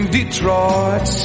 Detroit